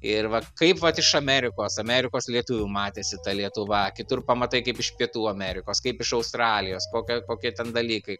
ir va kaip vat iš amerikos amerikos lietuvių matėsi ta lietuva kitur pamatai kaip iš pietų amerikos kaip iš australijos kokie kokie ten dalykai